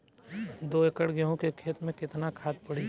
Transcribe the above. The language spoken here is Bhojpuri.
दो एकड़ गेहूँ के खेत मे केतना खाद पड़ी?